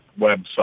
website